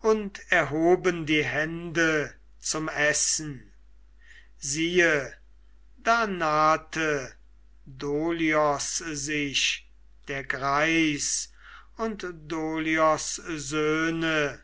und erhoben die hände zum essen siehe da nahte dolios sich der greis und dolios söhne